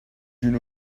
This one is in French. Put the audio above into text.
une